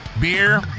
beer